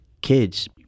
kids